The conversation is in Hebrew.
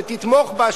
שתתמוך בה,